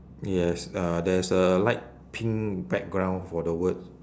yes uh there is a light pink background for the words